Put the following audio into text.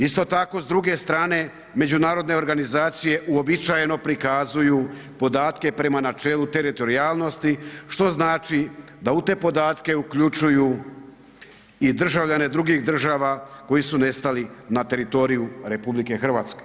Isto tako s druge strane međunarodne organizacije uobičajeno prikazuju podatke prema načelu teritorijalnosti što znači da u te podatke uključuju i državljane drugih država koji su nestali na teritoriju RH.